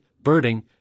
birding